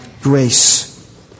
grace